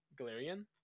galarian